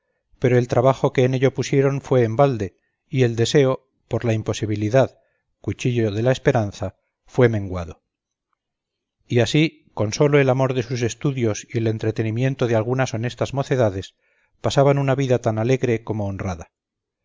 pero el trabajo que en ello pusiéron fué en balde y el deseo por la imposibilidad cuchillo de la esperanza fué menguando y asi con solo el amor de sus estudios y el entretenimiento de algunas honestas mocedades pasaban una vida tan alegre como honrada